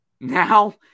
Now